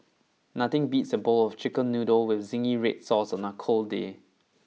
nothing beats a bowl of chicken noodle with zingy red sauce on a cold day